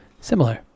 similar